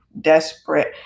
desperate